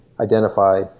identify